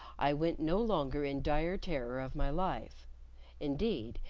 i went no longer in dire terror of my life indeed,